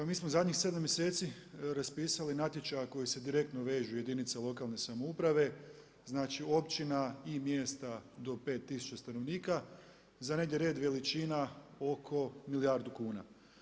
Pa mi smo zadnjih 7 mjeseci raspisali natječaja koji se direktno vežu u jedinice lokalne samouprave, znači općina i mjesta i do 5 tisuća stanovnika, za negdje red veličina oko milijardu kuna.